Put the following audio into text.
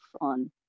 on